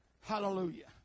Hallelujah